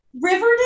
Riverdale